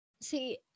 see